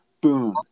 boom